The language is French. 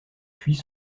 puis